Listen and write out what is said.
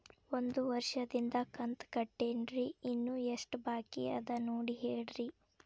ಒಂದು ವರ್ಷದಿಂದ ಕಂತ ಕಟ್ಟೇನ್ರಿ ಇನ್ನು ಎಷ್ಟ ಬಾಕಿ ಅದ ನೋಡಿ ಹೇಳ್ರಿ